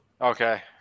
Okay